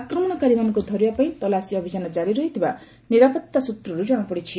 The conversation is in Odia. ଆକ୍ରମଣକାରୀମାନଙ୍କୁ ଧରିବାପାଇଁ ତଲାସି ଅଭିଯାନ ଜାରି ରହିଥିବା ନିରାପତ୍ତା ସୂତ୍ରରୁ ଜଣାପଡ଼ିଛି